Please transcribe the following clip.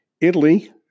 Italy